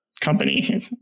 company